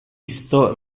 isto